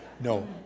No